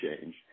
change